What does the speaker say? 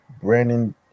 Brandon